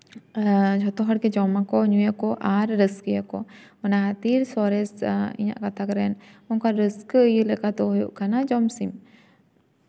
ᱟᱨ ᱡᱷᱚᱛᱚ ᱦᱚᱲᱜᱮ ᱡᱚᱢ ᱟᱠᱚ ᱧᱩᱭ ᱟᱠᱚ ᱟᱨ ᱨᱟᱹᱥᱠᱟᱹᱭᱟᱠᱚ ᱚᱱᱟ ᱠᱷᱟᱹᱛᱤᱨ ᱥᱚᱨᱮᱥ ᱤᱧᱟᱹᱜ ᱜᱟᱛᱟᱠ ᱨᱮᱱ ᱚᱱᱟ ᱨᱟᱹᱥᱠᱟᱹ ᱤᱭᱟᱹ ᱞᱮᱠᱟ ᱫᱚ ᱦᱩᱭᱩᱜ ᱠᱟᱱᱟ ᱡᱚᱢ ᱥᱤᱢ